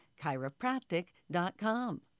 chiropractic.com